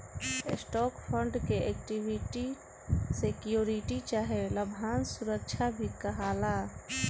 stock fund के equity security चाहे लाभांश सुरक्षा भी कहाला